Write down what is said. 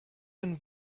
have